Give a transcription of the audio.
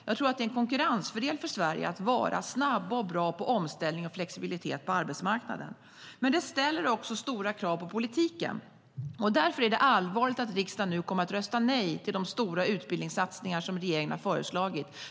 Jag tror att det är en konkurrensfördel för Sverige att vi är snabba och bra på omställning och flexibilitet på arbetsmarknaden. Men det ställer också stora krav på politiken, och därför är det allvarligt att riksdagen nu kommer att rösta nej till de stora utbildningssatsningar som regeringen har föreslagit.